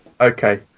Okay